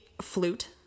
flute